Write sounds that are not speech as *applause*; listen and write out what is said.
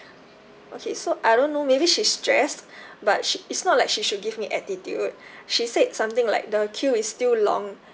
okay so I don't know maybe she stressed *breath* but sh~ it's not like she should give me attitude *breath* she said something like the queue is still long